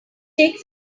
take